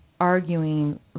arguing